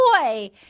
boy